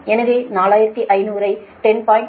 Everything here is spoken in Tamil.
எனவே 4500 ஐ 10